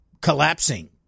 collapsing